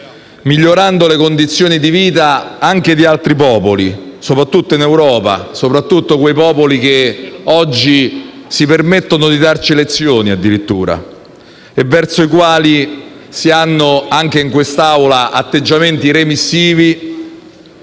migliorando le condizioni di vita anche di altri popoli, soprattutto dell'Europa, come quelli che oggi si permettono di darci addirittura lezioni e verso i quali si hanno, anche in questa Aula, atteggiamenti remissivi